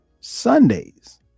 sundays